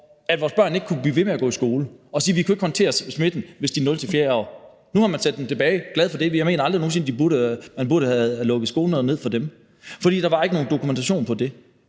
at vores børn ikke kunne blive ved med at gå i skole, altså at man kunne sige, at man ikke kunne håndtere smitten, hvis der var 0.-4. klasse. Nu har man rullet det tilbage. Jeg er glad for det. Jeg mener aldrig nogen sinde, at man burde have lukket skolerne ned for dem, for der var ikke nogen dokumentation for det.